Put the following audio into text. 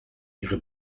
ihre